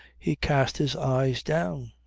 he cast his eyes down.